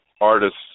artists